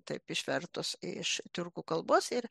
taip išvertus iš tiurkų kalbos ir